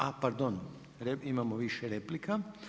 A pardon, imamo više replika.